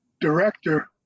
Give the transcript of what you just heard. director